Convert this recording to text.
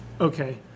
Okay